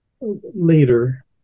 Later